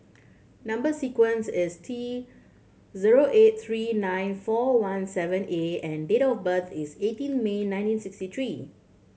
number sequence is T zero eight three nine four one seven A and date of birth is eighteen May nineteen sixty three